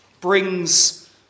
brings